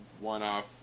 one-off